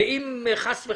מה זה נוסח של חוזה?